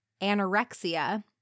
anorexia